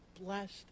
blessed